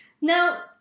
Now